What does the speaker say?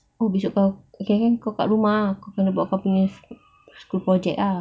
oh besok kau kirakan kau kat rumah ah kau nak kena buat kau punya school project ah